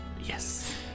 Yes